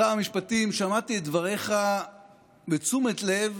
שר המשפטים, שמעתי את דבריך בתשומת לב